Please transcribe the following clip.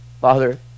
Father